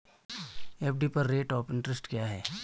FD पर rate of interest क्या है?